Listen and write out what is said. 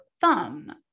thumb